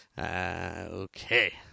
Okay